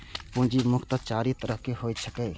पूंजी मुख्यतः चारि तरहक होइत छैक